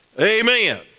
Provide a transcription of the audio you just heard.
Amen